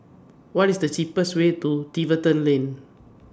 What IS The cheapest Way to Tiverton Lane